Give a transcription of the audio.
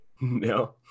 No